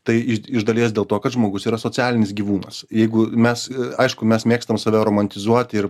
tai iš iš dalies dėl to kad žmogus yra socialinis gyvūnas jeigu mes aišku mes mėgstam save romantizuoti ir